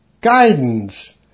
guidance